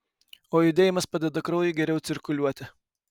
o judėjimas padeda kraujui geriau cirkuliuoti